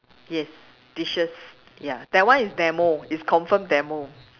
yes dishes ya that one is demo is confirm demo